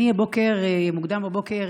אני הבוקר, מוקדם בבוקר,